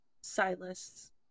Silas